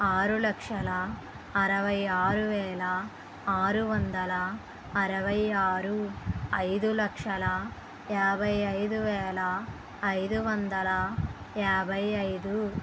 ఆరు లక్షల అరవై ఆరు వేల ఆరు వందల అరవై ఆరు ఐదు లక్షల యాబై ఐదు వేల ఐదు వందల యాబై ఐదు